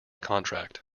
contract